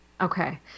Okay